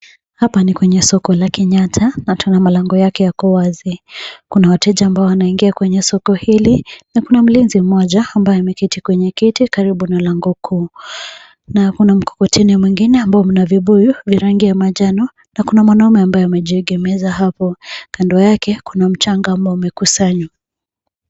Hapa ni kwenye soko la Kenyatta na tena milango yake yako wazi. Kuna wateja ambao waningia kwenye soko hili na kuna mlinzi mmoja ambaye ameketi kwenye kiti karibu na lango kuu, na kuna mkokoteni mwingine ambao una vibuyu ya rangi ya manjano na kuna mwanaume ambaye amejiegemeza hapo, kando yake kuna mchanga ambao umekusanywa.